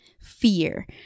fear